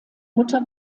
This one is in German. mutter